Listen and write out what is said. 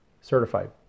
certified